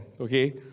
okay